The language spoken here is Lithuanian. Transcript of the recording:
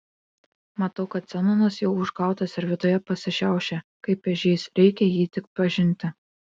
matau kad zenonas jau užgautas ir viduje pasišiaušė kaip ežys reikia jį tik pažinti